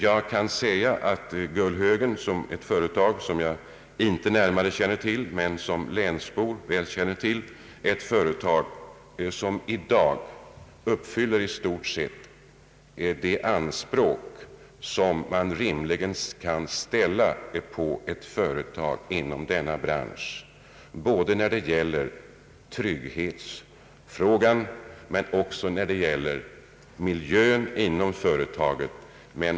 Gullhögen är ett företag vilket jag som länsbo väl känner till, och det uppfyller i dag i stort sett de anspråk man rimligen kan ställa på ett företag inom denna bransch när det gäller både trygghetsfrågan och miljön inom företaget.